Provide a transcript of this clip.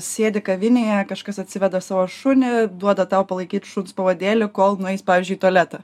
sėdi kavinėje kažkas atsiveda savo šunį duoda tau palaikyt šuns pavadėlį kol nueis pavyzdžiui į tualetą